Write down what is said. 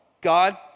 God